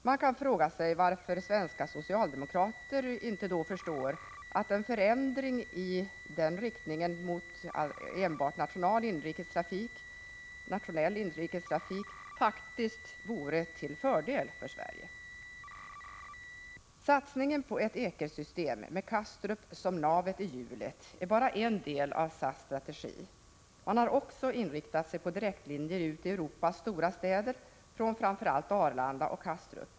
Man kan fråga sig varför svenska socialdemokrater inte då förstår att en förändring i den riktningen, mot enbart nationell inrikestrafik, faktiskt vore till fördel för Sverige. Satsningen på ett ekersystem med Kastrup som navet i hjulet är bara en del av SAS strategi. Man har också inriktat sig på direktlinjer ut till Europas stora städer från framför allt Arlanda och Kastrup.